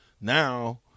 Now